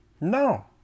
No